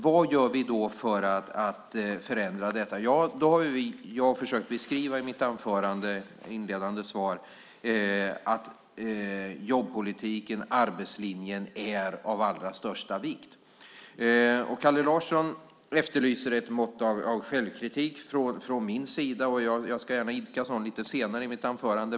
Vad gör vi för att förändra detta? Jag har i mitt inledande svar försökt beskriva att jobbpolitiken, arbetslinjen, är av allra största vikt. Kalle Larsson efterlyser ett mått av självkritik från min sida, och jag ska gärna idka det lite senare i mitt inlägg.